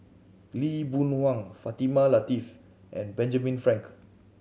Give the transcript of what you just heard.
Lee Boon Wang Fatimah Lateef and Benjamin Frank